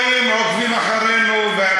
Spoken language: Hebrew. לא לא, בסדר, הם רואים, עוקבים אחרינו.